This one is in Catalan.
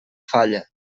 falla